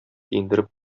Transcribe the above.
киендереп